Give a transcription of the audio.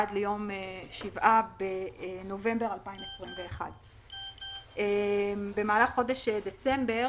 עד ליום 7 בנובמבר 2021. במהלך חודש דצמבר